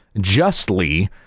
justly